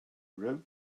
wrote